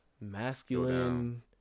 masculine